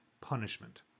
punishment